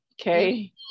Okay